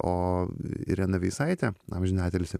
o irena veisaitė amžiną atilsį